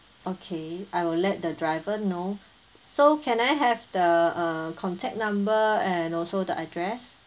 okay I will let the driver know so can I have the uh contact number and also the address